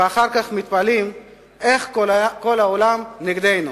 ואחר כך מתפלאים איך כל העולם נגדנו.